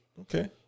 Okay